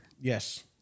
Yes